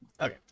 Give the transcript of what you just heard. Okay